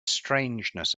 strangeness